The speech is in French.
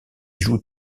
joue